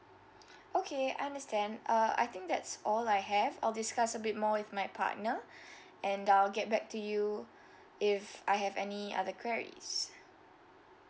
okay I understand uh I think that's all I have I'll discuss a bit more with my partner and I'll get back to you if I have any other queries